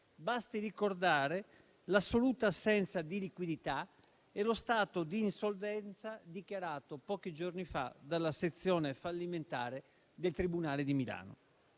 Basti ricordare l'assoluta assenza di liquidità e lo stato di insolvenza dichiarato pochi giorni fa dalla sezione fallimentare del tribunale di Milano.